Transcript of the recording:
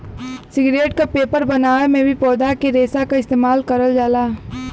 cigarette क paper बनावे में भी पौधा के रेशा क इस्तेमाल करल जाला